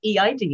EID